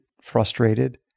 frustrated